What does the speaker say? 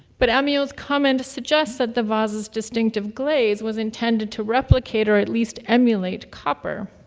but amiot's comment suggests that the vase's distinctive glaze was intended to replicate or at least emulate copper.